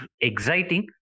exciting